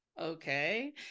okay